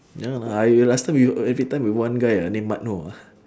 ya lah I will last time you every time with one guy ah name mat noh ah